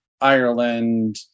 Ireland